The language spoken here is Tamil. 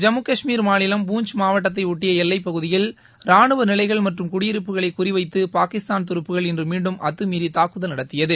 ஜம்மு காஷ்மீர் மாநிலம் பூஞ்ச் மாவட்டததை ஒட்டிய எல்லைப் பகுதியில் ராணுவ நிலைகள் மற்றும் குடியிருப்புகளை குறிவைத்து பாகிஸ்தான் துருப்புகள் இன்று மீண்டும் அத்துமீறி தாக்குதல் நடத்தியது